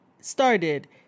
started